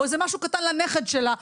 או איזה משהו קטן לנכד שלה,